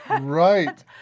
right